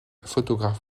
photographes